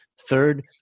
Third